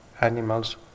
animals